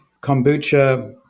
kombucha